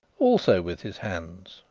also with his hands.